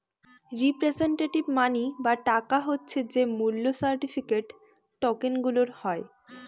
representative money বা টাকা হচ্ছে যে মূল্য সার্টিফিকেট, টকেনগুলার হয়